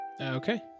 Okay